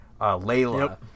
Layla